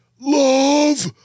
Love